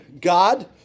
God